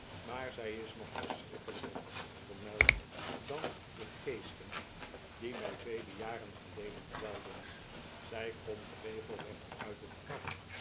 maar zij is nog verschrikkelijker voor mij dan de geesten die mij vele jaren geleden kwelden zij komt regelrecht uit het graf